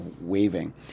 waving